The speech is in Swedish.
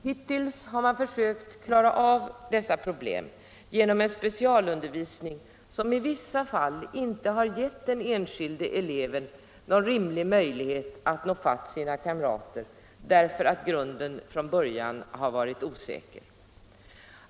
Hittills har man försökt klara av dessa problem genom specialundervisning, som i vissa fall inte har givit den enskilde eleven någon rimlig möjlighet att nå fatt sina kamrater därför att grunden från början har varit osäker.